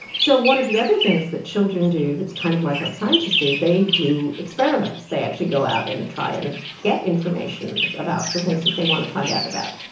so one of the other things that children do that's kind of like what scientists do, they do experiments, they actually go out and try and get information about the things that they want to find out about.